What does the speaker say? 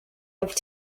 i’ve